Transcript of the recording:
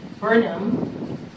Burnham